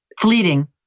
fleeting